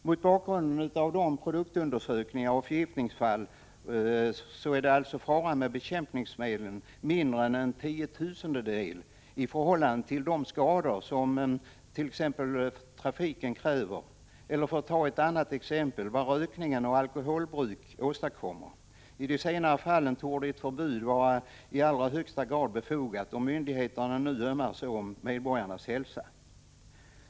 Mot bakgrund av dessa produktundersökningar och förgiftningsfall är alltså faran med bekämpningsmedel mindre än en tiotusendel i förhållande till de skador som t.ex. trafiken kräver eller, för att ta ett annat exempel, vad rökning och alkoholbruk åstadkommer. I de senare fallen torde ett förbud i allra högsta grad vara befogat, om myndigheterna nu ömmar så om medborgarnas hälsa.